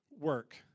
work